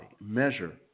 Measure